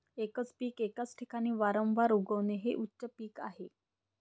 एकच पीक एकाच ठिकाणी वारंवार उगवणे हे उच्च पीक आहे